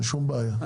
אין שום בעיה.